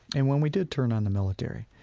and when we did turn on the military.